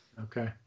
Okay